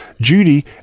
Judy